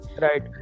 right